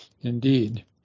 indeed